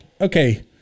okay